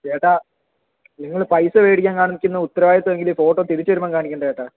ചേട്ടാ നിങ്ങള് പൈസ മേടിക്കാൻ കാണിക്കുന്ന ഉത്തരവാദിത്തമെങ്കിലും ഈ ഫോട്ടോ തിരിച്ച് തരുമ്പോൾ കാണിക്കണ്ടേ ചേട്ടാ